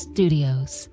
Studios